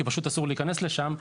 כי פשוט אסור להיכנס לשם,